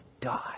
die